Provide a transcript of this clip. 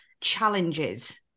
challenges